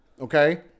Okay